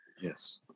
Yes